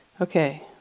Okay